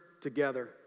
together